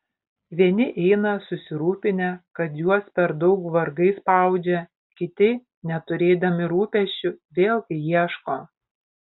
vieni eina susirūpinę kad juos per daug vargai spaudžia kiti neturėdami rūpesčių vėlgi ieško